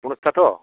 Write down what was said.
फनसासथा थ